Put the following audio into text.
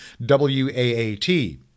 WAAT